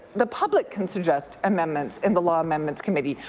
the public can suggest amendments in the law amendments committee.